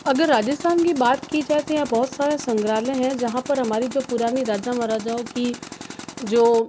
अगर राजस्थान की बात की जाए है तो यहाँ बहुत सारा संग्रहालय है जहाँ पर हमारी जो पुरानी राजा महाराजाओं की जो